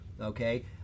Okay